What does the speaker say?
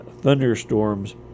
thunderstorms